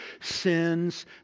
sin's